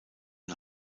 und